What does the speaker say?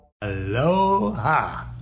Aloha